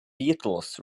beatles